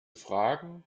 fragen